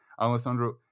Alessandro